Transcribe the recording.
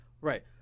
right